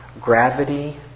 gravity